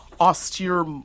austere